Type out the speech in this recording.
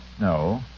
No